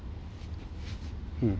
mm